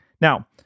Now